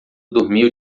dormiu